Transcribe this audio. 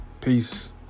Peace